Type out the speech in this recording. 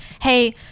hey